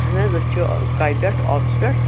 آہَن حظ أسۍ چھِ کاے پیٚٹھ آفِس پیٚٹھ